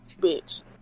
bitch